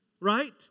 right